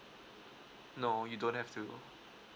no you don't have to